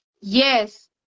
Yes